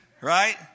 right